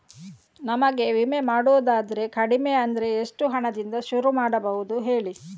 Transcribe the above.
ನಮಗೆ ವಿಮೆ ಮಾಡೋದಾದ್ರೆ ಕಡಿಮೆ ಅಂದ್ರೆ ಎಷ್ಟು ಹಣದಿಂದ ಶುರು ಮಾಡಬಹುದು ಹೇಳಿ